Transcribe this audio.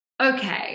Okay